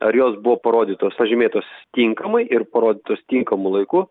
ar jos buvo parodytos pažymėtos tinkamai ir parodytos tinkamu laiku